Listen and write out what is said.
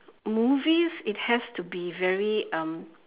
movies it has to be very um